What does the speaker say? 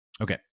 Okay